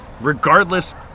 Regardless